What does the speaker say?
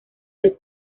luz